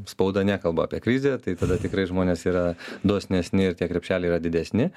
spauda nekalba apie krizę tai tada tikrai žmonės yra dosnesni ir tie krepšeliai yra didesni